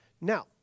Now